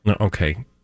Okay